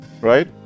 right